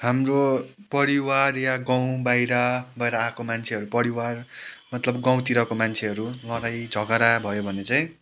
हाम्रो परिवार या गाउँ बाहिरबाट आएको मान्छेहरू परिवार मतलब गाउँतिरको मान्छेहरू लडाइँ झगडा भयो भने चाहिँ